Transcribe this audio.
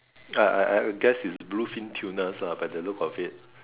I I I guess it's blue fin tuna lah by the look of it